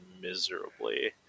miserably